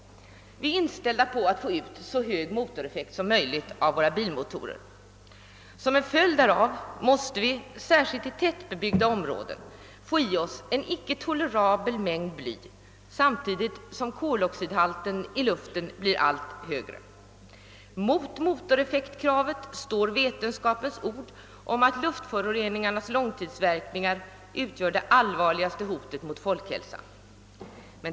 Vi är inställda på att få ut så hög motoreffekt som möjligt av våra bilmotorer. Som en följd härav får vi, särskilt i tätbebyggda områden, i oss en icke tolerabel mängd bly samtidigt som koloxidhalten i luften blir allt högre. Mot motoreffektkravet står vetenskapens ord om att luftföroreningarnas långtidsverkningar utgör det allvarligaste hotet mot folkhälsan.